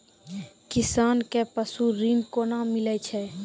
किसान कऽ पसु ऋण कोना मिलै छै?